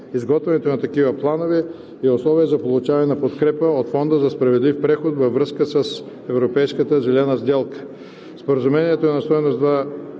Изготвянето на такива планове е условие за получаване на подкрепа от Фонда за справедлив преход във връзка с европейската Зелена сделка.